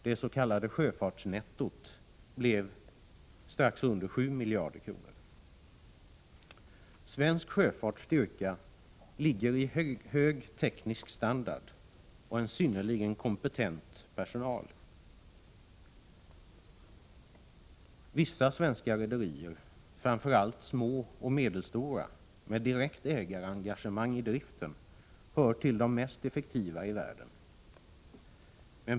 Det s.k. sjöfartsnettot blev strax under 7 miljarder kronor. Svensk sjöfarts styrka ligger i en hög teknisk standard och en synnerligen kompetent personal. Vissa svenska rederier, framför allt små och medelstora med direkt ägarengagemang i driften, hör till de mest effektiva i världen.